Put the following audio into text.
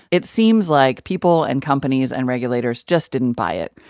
it seems like people and companies and regulators just didn't buy it.